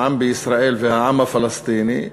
העם בישראל והעם הפלסטיני,